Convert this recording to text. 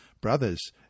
Brothers